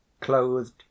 clothed